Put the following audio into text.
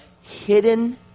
hidden